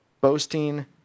boasting